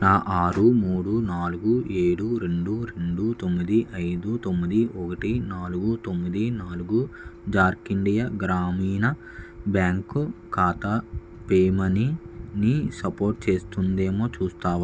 నా ఆరు మూడు నాలుగు ఏడు రెండు రెండు తొమ్మిది ఐదు తొమ్మిది ఒకటి నాలుగు తొమ్మిది నాలుగు ఝార్ఖండ్ గ్రామీణ బ్యాంక్ ఖాతా పేయూమనీని సపోర్టు చేస్తుందేమో చూస్తావా